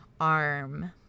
arm